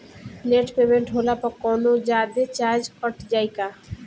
Late payment होला पर कौनोजादे चार्ज कट जायी का?